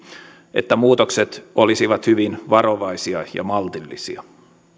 että muutokset olisivat hyvin varovaisia ja maltillisia